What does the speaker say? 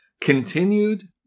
continued